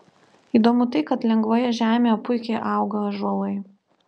įdomu tai kad lengvoje žemėje puikiai auga ąžuolai